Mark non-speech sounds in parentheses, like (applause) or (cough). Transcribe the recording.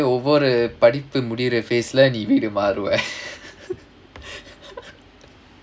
ஒவ்வொரு படிப்பு முடியுற:ovvoru padippu mudiyura phase leh நீ வீடு மாறுவ:nee veedu maaruva (laughs)